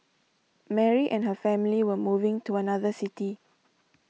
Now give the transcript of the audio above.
Mary and her family were moving to another city